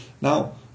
Now